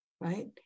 right